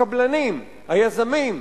הקבלנים, היזמים.